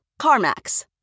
CarMax